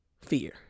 Fear